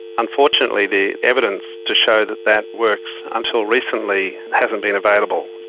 unfortunately the evidence to show that that works until recently hasn't been available.